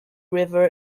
river